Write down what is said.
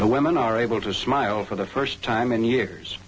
the women are able to smile for the first time in years